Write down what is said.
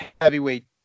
heavyweight